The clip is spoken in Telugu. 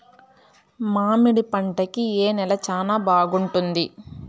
మామిడి పంట కి ఏ నేల చానా బాగుంటుంది